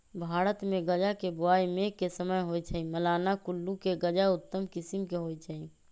भारतमे गजा के बोआइ मेघ के समय होइ छइ, मलाना कुल्लू के गजा उत्तम किसिम के होइ छइ